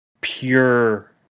pure